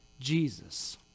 Jesus